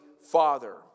father